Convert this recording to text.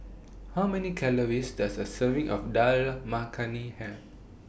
How Many Calories Does A Serving of Dal Makhani Have